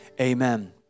Amen